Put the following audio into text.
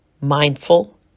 mindful